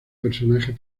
personaje